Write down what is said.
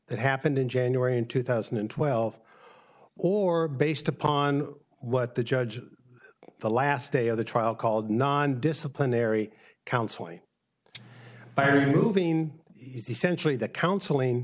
that happened in january in two thousand and twelve or based upon what the judge the last day of the trial called non disciplinary counseling by removing essentially the counseling